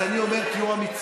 אז אני אומר: תהיו אמיצים,